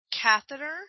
catheter